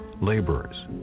laborers